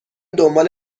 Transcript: دنبال